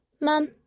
Mom